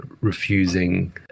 refusing